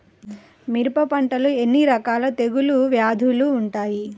మిరప పంటలో ఎన్ని రకాల తెగులు వ్యాధులు వుంటాయి?